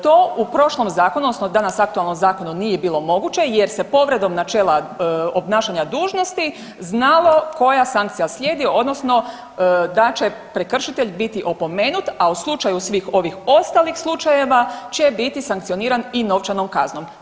To u prošlom Zakonu odnosno danas aktualnom Zakonu nije bilo moguće jer se povredom načela obnašanja dužnosti znalo koja sankcija slijedi, odnosno da će prekršitelj biti opomenut, a u slučaju svih ovih ostalih slučajeva će biti sankcioniran i novčanom kaznom.